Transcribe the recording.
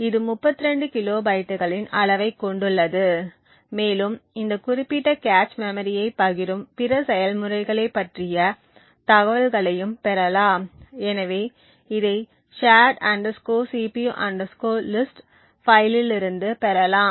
இது 32 கிலோபைட்டுகளின் அளவைக் கொண்டுள்ளது மேலும் இந்த குறிப்பிட்ட கேச் மெமரியைப் பகிரும் பிற செயல்முறைகளைப் பற்றிய தகவல்களையும் பெறலாம் எனவே இதை shared cpu list ஃபைலில்லிருந்து பெறலாம்